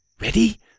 Ready